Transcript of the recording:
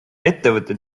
ettevõte